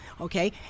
okay